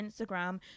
Instagram